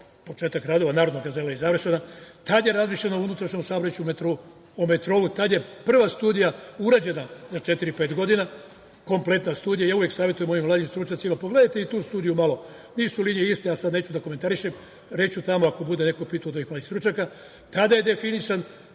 početak radova, naravno „Gazela“ je završena. Tad je razmišljano o unutrašnjem saobraćaju, o metrou.O metrou, tada je prva studija urađena za četiri-pet godina, kompletna studija. Ja uvek savetujem mojim mlađim stručnjacima, pogledajte i tu studiju malo. Nisu linije iste, neću sad da komentarišem, reći ću tamo ako bude neko pitao od ovih mlađih stručnjaka, tada je definisan